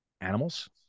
animals